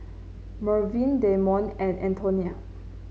Mervyn Damion and Antonia